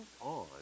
on